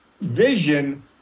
vision